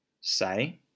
say